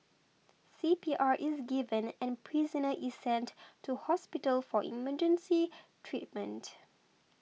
C P R is given and prisoner is sent to hospital for emergency treatment